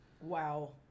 Wow